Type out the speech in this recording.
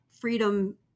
freedom